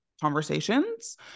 conversations